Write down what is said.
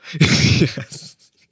Yes